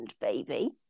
baby